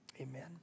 Amen